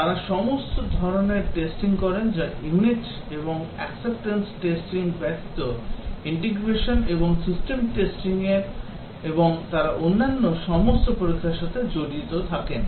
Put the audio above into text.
তারা সমস্ত ধরণের টেস্টিং করেন যা unit এবং acceptance testing ব্যতীত ইন্টিগ্রেশন এবং সিস্টেম টেস্টিং এবং তারা অন্যান্য সমস্ত পরীক্ষার সাথে জড়িত থাকেন